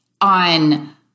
on